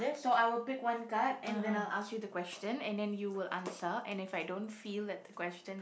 so I will pick one card and then I'll ask you the question and then you will answer and if I don't feel that the question